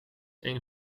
één